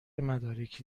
مدارکی